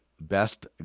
best